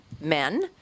men